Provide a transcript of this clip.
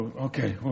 okay